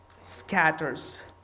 scatters